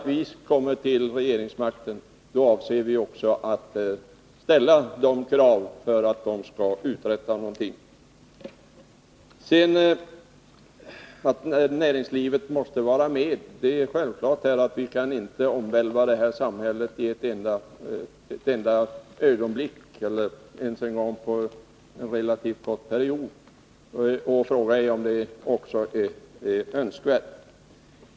Kommer vi till regeringsmakten avser vi att ställa kravet att industrin skall uträtta någonting. Beträffande detta att näringslivet måste vara med vill jag säga att det är självklart att vi inte kan omvälva det här samhället på en enda gång, inte heller under en relativt kort period. Frågan är om det över huvud taget är önskvärt.